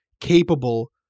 capable